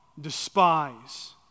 despise